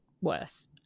worse